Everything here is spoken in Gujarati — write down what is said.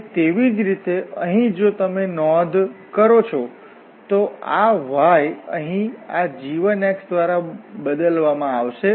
અને તેવી જ રીતે અહીં જો તમે નોંધ કરો છો તો આ y અહીં આ g1 દ્વારા બદલવામાં આવશે